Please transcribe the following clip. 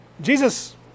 Jesus